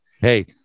hey